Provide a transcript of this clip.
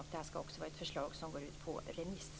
Förslaget ska också ut på remiss.